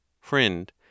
FRIEND